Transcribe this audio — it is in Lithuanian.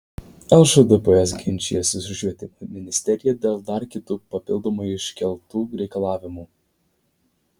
lšdps ginčijasi su švietimo ministerija dėl dar kitų papildomai iškeltų reikalavimų